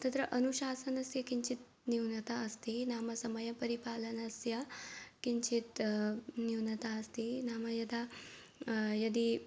तत्र अनुशासनस्य किञ्चित् न्यूनता अस्ति नाम समयपरिपालनस्य किञ्चित् न्यूनता अस्ति नाम यदा यदि